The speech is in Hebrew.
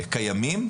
וקיימים.